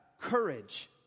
courage